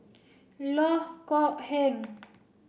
Loh Kok Heng